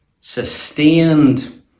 sustained